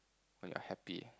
when you're happy